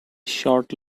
short